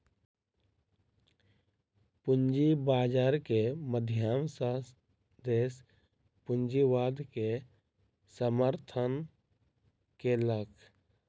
पूंजी बाजार के माध्यम सॅ देस पूंजीवाद के समर्थन केलक